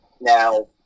Now